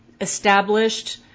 established